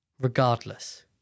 regardless